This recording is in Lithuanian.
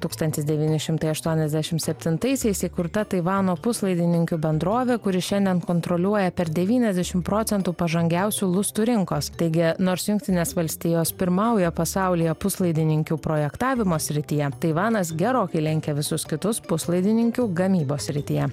tūkstantis devyni šimtai aštuoniasdešimt septintaisiais įkurta taivano puslaidininkių bendrovė kuri šiandien kontroliuoja per devyniasdešimt procentų pažangiausių lustų rinkos taigi nors jungtinės valstijos pirmauja pasaulyje puslaidininkių projektavimo srityje taivanas gerokai lenkia visus kitus puslaidininkių gamybos srityje